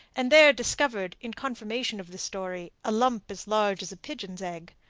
and there discovered, in confirmation of the story, a lump as large as a pigeon's egg.